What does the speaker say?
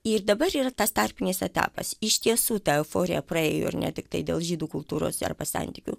ir dabar yra tas tarpinis etapas iš tiesų ta euforija praėjo ir ne tiktai dėl žydų kultūros arba santykių